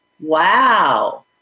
Wow